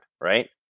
Right